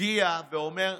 מגיע ואומר,